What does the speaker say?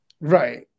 Right